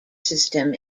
system